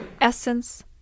essence